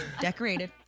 Decorated